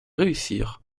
réussir